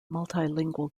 multilingual